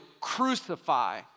crucify